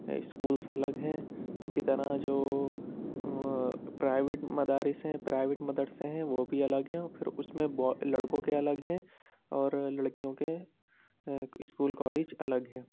schools الگ ہیں اسی طرح جو پرائیویٹ مدارس ہیں پرائیویٹ مدرسے ہیں وہ بھی الگ ہیں پھر اس میں بوائے لڑکوں کے الگ ہیں اور لڑکیوں کے اسکول کالج الگ ہیں